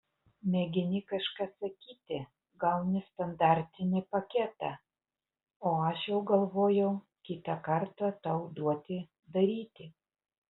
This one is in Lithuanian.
mėgini kažką sakyti gauni standartinį paketą o aš jau galvojau kitą kartą tau duoti daryti